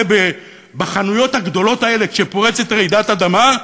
בחנויות הגדולות האלה כשפורצת רעידת אדמה,